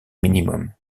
minimum